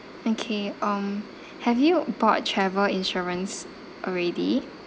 okay um have you bought travel insurance already